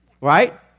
Right